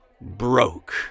broke